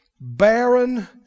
barren